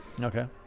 Okay